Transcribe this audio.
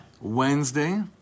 Wednesday